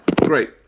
Great